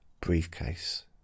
briefcase